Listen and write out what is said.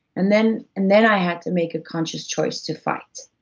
and then and then i had to make a conscious choice to fight,